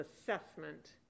assessment